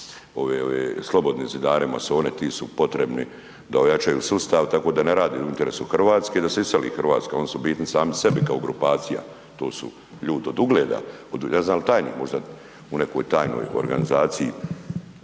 ove, Slobodne zidare, masone, ti su potrebni da ojačaju sustav tako da ne rade u interesu Hrvatske i da se iseli Hrvatska, oni su bitni sami sebi kao grupacija. To su ljudi od ugleda, od, ne znam je li tajnik možda u nekoj tajnoj organizaciji